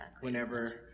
Whenever